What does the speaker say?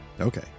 okay